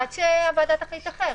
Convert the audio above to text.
עד שהוועדה תחליט אחרת.